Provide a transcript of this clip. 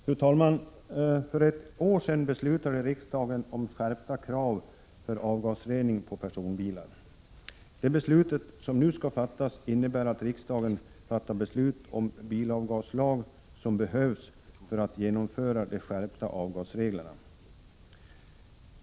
Fru talman! För ett år sedan beslutade riksdagen om skärpta krav för avgasrening på personbilar. Det beslut som nu skall fattas innebär att vi får den bilavgaslag som behövs för att genomföra de skärpta avgasreglerna.